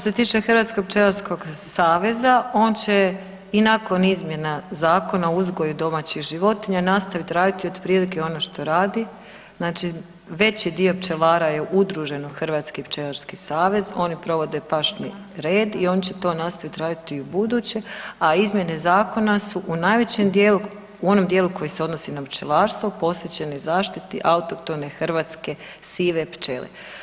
Dakle, što se tiče Hrvatskog pčelarskog saveza on će i nakon izmjena Zakona o uzgoju domaćih životinja nastavit raditi otprilike ono što radi, znači veći dio pčelara je udružen u Hrvatski pčelarski savez, oni provode pašni red i oni će to nastavit raditi i ubuduće, a izmjene zakona su u najvećem dijelu u onom dijelu koji se odnosi na pčelarstvo posvećenoj zaštiti autohtone hrvatske sive pčele.